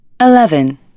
Eleven